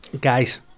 Guys